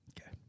Okay